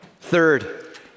Third